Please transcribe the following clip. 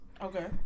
okay